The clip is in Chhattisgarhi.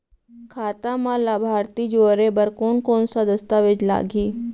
खाता म लाभार्थी जोड़े बर कोन कोन स दस्तावेज लागही?